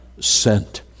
sent